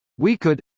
we could.